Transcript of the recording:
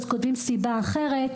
אז כותבים סיבה אחרת.